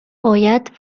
باید